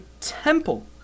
temple